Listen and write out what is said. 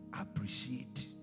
appreciate